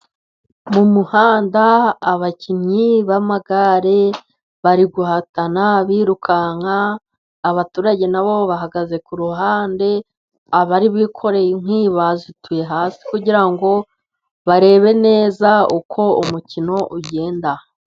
Mu muhanda abakinnyi b'amagare, bari guhatana birukanka, abaturage nabo bahagaze ku ruhande, abari bikoreye inkwi bazituye hasi, kugira ngo barebe neza, uko umukino ugenda.